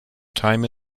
time